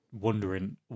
Wondering